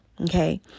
okay